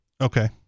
Okay